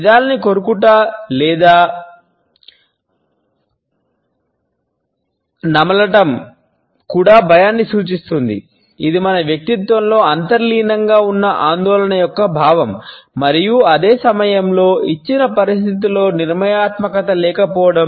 పెదాలను కొరుకుట లేదా పెదవులను నమలడం కూడా భయాన్ని సూచిస్తుంది ఇది మన వ్యక్తిత్వంలో అంతర్లీనంగా ఉన్న ఆందోళన యొక్క భావం మరియు అదే సమయంలో ఇచ్చిన పరిస్థితిలో నిర్ణయాత్మకత లేకపోవడం